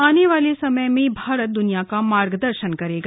आने वाले समय में भारत दुनिया का मार्गदर्शन करेगा